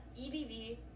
EBV